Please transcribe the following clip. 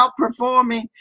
outperforming